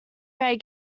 red